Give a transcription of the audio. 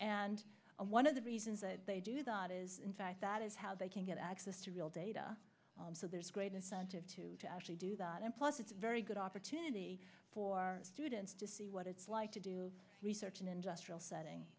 and one of the reasons that they do that is in fact that is how they can get access to real data so there's great incentive to to actually do that and plus it's a very good opportunity for students to see what it's like to do research in industrial setting